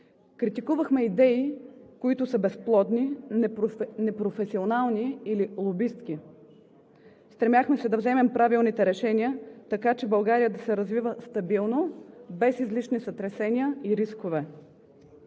критикувахме идеи, които са безплодни, непрофесионални или лобистки. Стремяхме се да вземем правилните решения така, че България да се развива стабилно, без излишни сътресения и рискове.